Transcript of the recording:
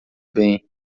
bem